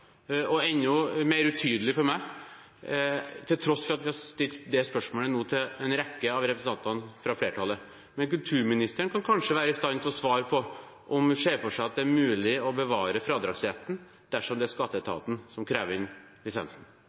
og framstår enda mer utydelig for meg, til tross for at vi har stilt det spørsmålet nå til en rekke av representantene fra flertallet. Men kulturministeren kan kanskje være i stand til å svare på om hun ser for seg at det er mulig å bevare fradragsretten dersom det er skatteetaten som krever inn lisensen.